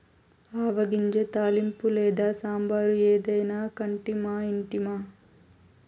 ఆవ గింజ తాలింపు లేని సాంబారు ఏదైనా కంటిమా ఇంటిమా